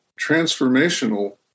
transformational